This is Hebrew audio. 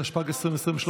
התשפ"ג 2023,